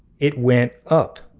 it went up.